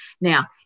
Now